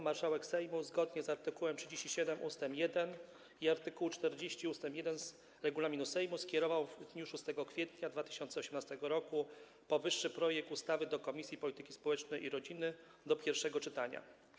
Marszałek Sejmu zgodnie z art. 37 ust. 1 i art. 40 ust. 1 regulaminu Sejmu skierował w dniu 6 kwietnia 2018 r. powyższy projekt ustawy do Komisji Polityki Społecznej i Rodziny do pierwszego czytania.